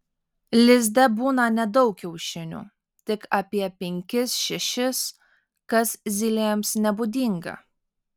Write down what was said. lizde būna nedaug kiaušinių tik apie penkis šešis kas zylėms nebūdinga